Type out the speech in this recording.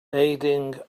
aiding